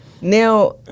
Now